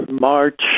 March